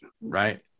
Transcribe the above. right